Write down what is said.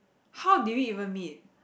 how did we even meet